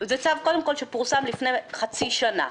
קודם כל, זה צו שפורסם לפני חצי שנה.